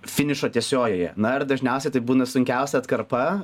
finišo tiesiojoje na ir dažniausiai tai būna sunkiausia atkarpa